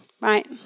right